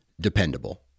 dependable